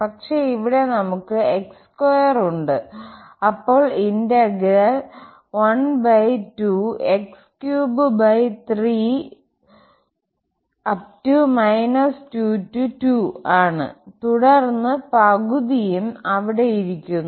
പക്ഷേ ഇവിടെ നമുക്ക് x2 ഉണ്ട് അപ്പോൾ ഇന്റഗ്രൽ ആണ്തുടർന്ന് പകുതിയും അവിടെ ഇരിക്കുന്നു